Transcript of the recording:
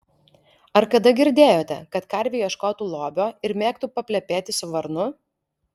ar kada girdėjote kad karvė ieškotų lobio ir mėgtų paplepėti su varnu